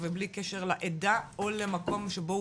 אבל פה בוועדה לזכויות הילד אנחנו לא דוגלים בלהוציא ילד מהמשפחה שלו,